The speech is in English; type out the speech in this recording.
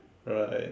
right